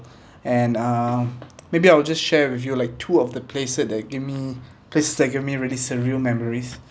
and uh maybe I will just share with you like two of the places that give me place that give me really surreal memories